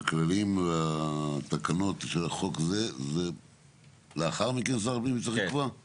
את הכללים והתקנות של החוק הזה שר הפנים צריך לקבוע לאחר מכן?